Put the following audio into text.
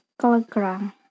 kilogram